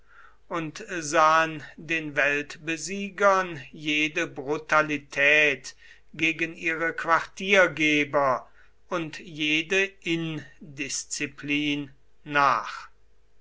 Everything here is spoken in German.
und sahen den weltbesiegern jede brutalität gegen ihre quartiergeber und jede indisziplin nach